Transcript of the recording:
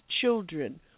children